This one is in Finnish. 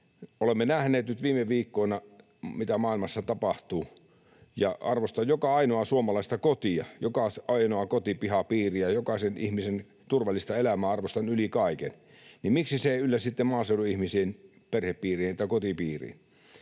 Olemme nähneet nyt viime viikkoina, mitä maailmassa tapahtuu. Ja arvostan joka ainoaa suomalaista kotia, joka ainoaa kotipihapiiriä: jokaisen ihmisen turvallista elämää arvostan yli kaiken. Miksi se ei yllä sitten maaseudun ihmisien perhepiiriin tai kotipiiriin?